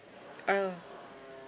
ah